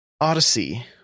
Odyssey